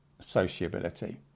sociability